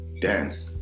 dance